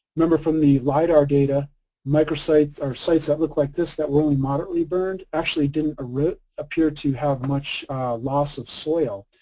remember from the lidar data micro-sites, or sites that looked like this that we only moderately burned, actually didn't ah appear to have much loss of soil.